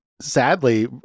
sadly